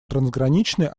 трансграничной